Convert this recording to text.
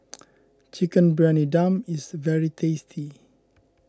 Chicken Briyani Dum is very tasty